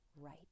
right